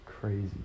crazy